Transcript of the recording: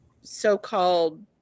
so-called